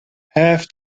half